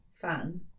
fun